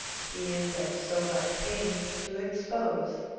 he is at so much pains to expose